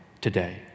today